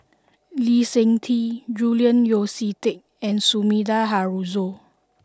Lee Seng Tee Julian Yeo See Teck and Sumida Haruzo